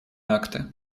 акты